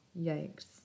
Yikes